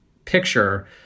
picture